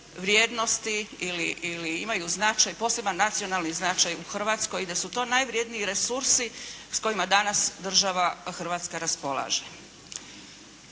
vrijednosti ili imaju značaj, poseban nacionalni značaj u Hrvatskoj i da su to najvrjedniji resursi s kojima danas država Hrvatska raspolaže.